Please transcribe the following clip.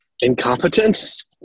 incompetence